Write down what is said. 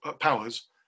powers